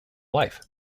life